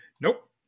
Nope